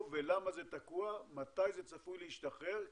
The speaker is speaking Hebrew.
ולמה זה תקוע ומתי זה צפוי להשתחרר,